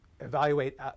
Evaluate